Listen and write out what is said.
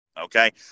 Okay